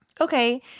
Okay